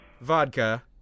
vodka